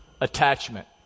Attachment